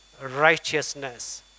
righteousness